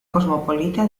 cosmopolita